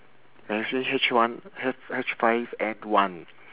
actually H one H H five N one